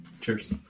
Cheers